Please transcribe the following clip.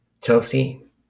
Chelsea